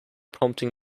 prompting